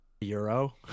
Euro